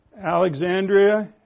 Alexandria